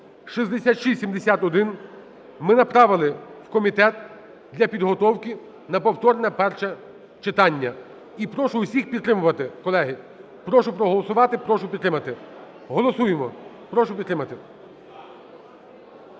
6681 ми направили в комітет для підготовки на повторне перше читання. І прошу всіх підтримувати, колеги, прошу проголосувати, прошу підтримати. Голосуємо, прошу підтримати,